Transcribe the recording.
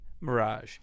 mirage